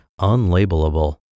unlabelable